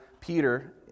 Peter